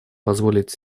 позволить